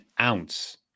ounce